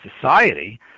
society